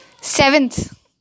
Seventh